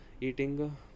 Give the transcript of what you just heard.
eating